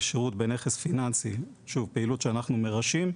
בנכס פיננסי, שהיא פעילות שאנחנו מרשים,